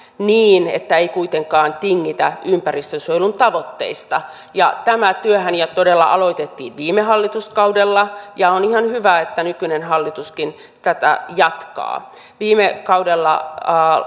niin että ei kuitenkaan tingitä ympäristönsuojelun tavoitteista tämä työhän todella aloitettiin jo viime hallituskaudella ja on ihan hyvä että nykyinen hallituskin tätä jatkaa viime kaudella